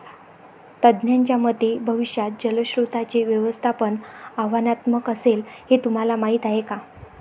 तज्ज्ञांच्या मते भविष्यात जलस्रोतांचे व्यवस्थापन आव्हानात्मक असेल, हे तुम्हाला माहीत आहे का?